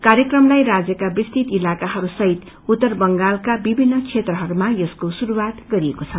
कार्यक्रमलाई राज्यका विस्तृत इलाकाहरूसहित उत्तर बांगलका विभिन्न क्षेत्रहरूमा यसको शुरूवात गरिएको छ